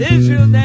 Israel